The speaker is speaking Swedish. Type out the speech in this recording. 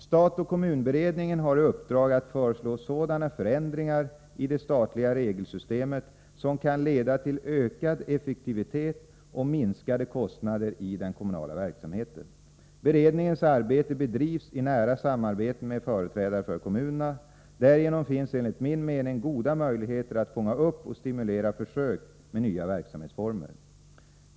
Stat-kommun-beredningen har i uppdrag att föreslå sådana förändringar i det statliga regelsystemet som kan leda till ökad effektivitet och minskade kostnader i den kommunala verksamheten. Beredningens arbete bedrivs i nära samarbete med företrädare för kommunerna. Därigenom finns enligt min mening goda möjligheter att fånga upp och stimulera försök med nya verksamhetsformer.